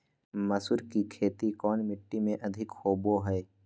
मसूर की खेती कौन मिट्टी में अधीक होबो हाय?